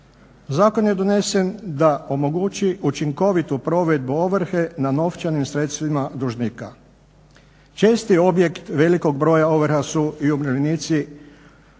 Zakon je donesen da omogući učinkovitu provedbu ovrhe na novčanim sredstvima dužnika. Česti objekt velikog broja ovrha su i umirovljenici